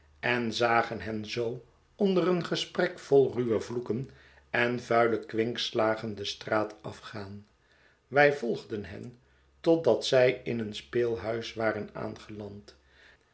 en zagen hen zoo onder een gesprek vol ruwe vloeken en vuile kwinkslagen de straat afgaan wij volgden hen totdat zij in een speelhuis waren aangeland